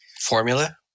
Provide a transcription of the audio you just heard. Formula